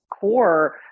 core